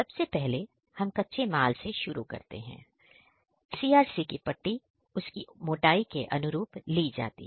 सबसे पहले हम कच्चे माल से शुरू करते हैं CRC की पट्टी उसकी मोटाई के अनुरूप ली जाती है